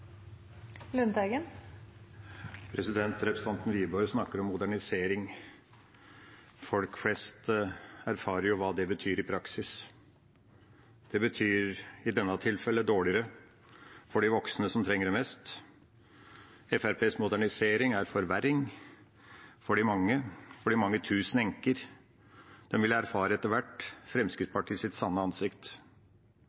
Representanten Wiborg snakker om modernisering. Folk flest erfarer hva det betyr i praksis. Det betyr i dette tilfellet dårligere for de voksne som trenger det mest. Fremskrittspartiets modernisering er en forverring for de mange, for de mange tusen enker som etter hvert vil erfare